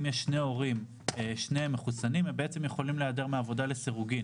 אם שני ההורים מחוסנים אז הם יכולים להיעדר מהעבודה לסירוגין,